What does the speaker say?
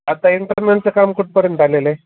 आता इंटरनलचं काम कुठपर्यंत आलेलं आहे